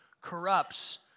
corrupts